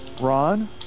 Ron